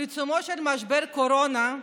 בעיצומו של משבר הקורונה,